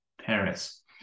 Paris